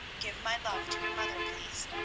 give my love to your mother, please.